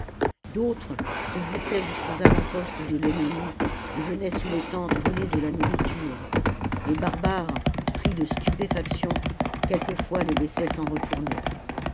d'autres se glissaient jusqu'aux avant-postes de l'ennemi et venaient sous les tentes voler de la nourriture les barbares pris de stupéfaction quelquefois les laissaient s'en retourner